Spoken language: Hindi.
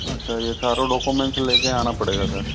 अच्छा ये सारे डॉक्यूमेंट्स लेके आना पड़ेगा सर